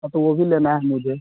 हाँ तो वह भी लेना है मुझे